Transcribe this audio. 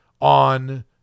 on